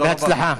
בהצלחה.